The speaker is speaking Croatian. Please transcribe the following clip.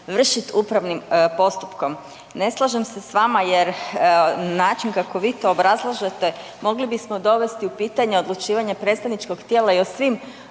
završit upravnim postupkom. Ne slažem se s vama jer način kako vi to obrazlažete mogli bismo dovesti u pitanje odlučivanje predstavničkog tijela i o svim